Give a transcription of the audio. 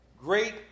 great